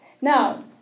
Now